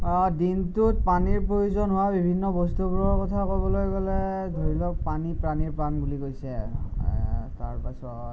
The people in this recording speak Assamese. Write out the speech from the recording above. অঁ দিনটোত পানীৰ প্ৰয়োজন হোৱা বিভিন্ন বস্তুবোৰৰ কথা ক'বলৈ গ'লে ধৰি লওক পানী প্ৰাণীৰ প্ৰাণ বুলি কৈছে তাৰপাছত